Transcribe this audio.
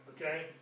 okay